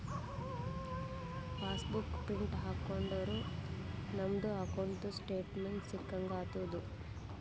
pass book print ಹಾಕೊಂಡುರ್ ನಮ್ದು ಅಕೌಂಟ್ದು ಸ್ಟೇಟ್ಮೆಂಟ್ ಸಿಕ್ಕಂಗ್ ಆತುದ್